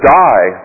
die